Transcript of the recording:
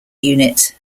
unit